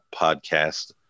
podcast